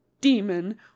Demon